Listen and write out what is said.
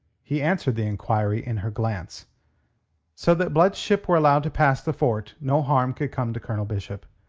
he answered the enquiry in her glance so that blood's ship were allowed to pass the fort, no harm could come to colonel bishop.